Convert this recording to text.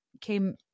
came